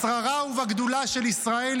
בשררה ובגדולה של ישראל,